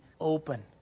open